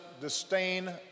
disdain